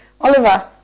Oliver